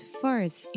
first